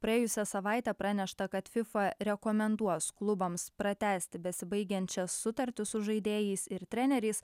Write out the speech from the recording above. praėjusią savaitę pranešta kad fifa rekomenduos klubams pratęsti besibaigiančias sutartis su žaidėjais ir treneriais